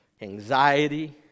anxiety